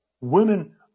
Women